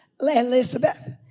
Elizabeth